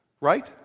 right